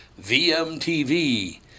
VMTV